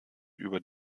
über